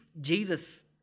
Jesus